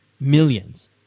millions